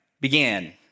began